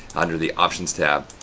under the options tab,